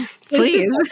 Please